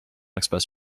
express